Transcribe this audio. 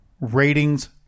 ratings